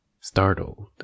Startled